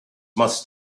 must